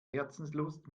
herzenslust